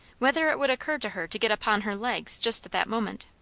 whether it would occur to her to get upon her legs, just at that moment.